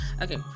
Okay